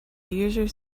user